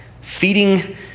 feeding